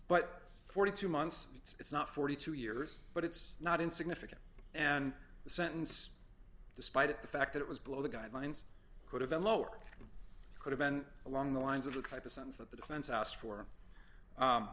but forty two months it's not forty two years but it's not insignificant and the sentence despite the fact that it was below the guidelines could have been lowered could have been along the lines of the type of sense that the defense asked for